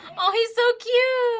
aw, he's so cute.